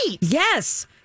yes